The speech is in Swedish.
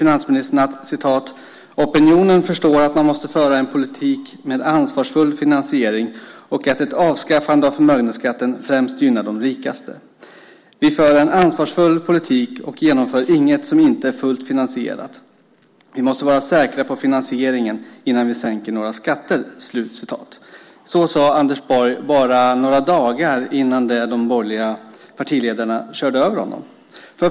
Finansministern säger: "Opinionen förstår att man måste föra en politik med ansvarsfull finansiering och att ett avskaffande främst gynnar de rikaste - vi för en ansvarsfull politik och genomför inget som inte är fullt finansierat - vi måste vara säkra på finansieringen innan vi sänker några skatter." Så sade Anders Borg bara några dagar innan de borgerliga partiledarna körde över honom.